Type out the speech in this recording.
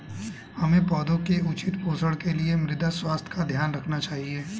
हमें पौधों के उचित पोषण के लिए मृदा स्वास्थ्य का ध्यान रखना चाहिए